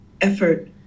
effort